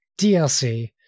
DLC